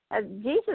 Jesus